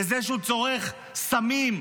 בזה שהוא צורך סמים?